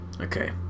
okay